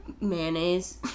Mayonnaise